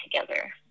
together